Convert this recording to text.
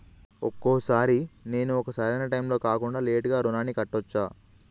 ఒక్కొక సారి నేను ఒక సరైనా టైంలో కాకుండా లేటుగా రుణాన్ని కట్టచ్చా?